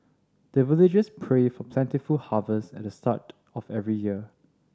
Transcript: the villagers pray for plentiful harvest at the start of every year